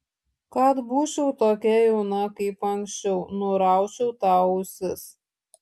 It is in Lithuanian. kad būčiau tokia jauna kaip anksčiau nuraučiau tau ausis